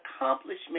accomplishment